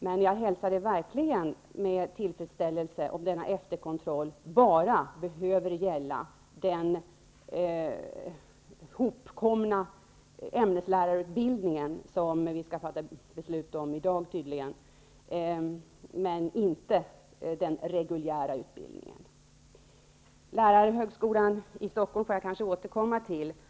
Men jag hälsar verkligen med tillfredsställelse denna efterkontroll om den bara behöver gälla den hopkomna ämneslärarutbildning som vi skall fatta beslut om i dag, men inte den reguljära utbildningen. Lärarhögskolan i Stockholm skall jag be att få återkomma till.